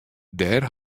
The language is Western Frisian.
dêr